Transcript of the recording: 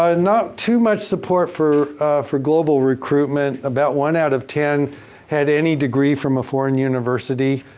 ah not too much support for for global recruitment. about one out of ten had any degree from a foreign university.